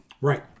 right